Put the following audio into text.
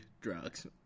Drugs